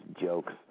jokes